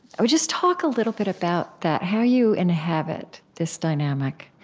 so just talk a little bit about that, how you inhabit this dynamic